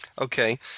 Okay